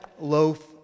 loaf